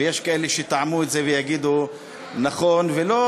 ויש כאלה שיטעמו את זה ויגידו: נכון, ולא